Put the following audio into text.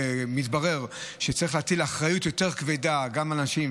מתברר שצריך להטיל אחריות יותר כבדה גם על אנשים.